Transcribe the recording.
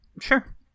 Sure